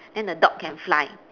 then the dog can fly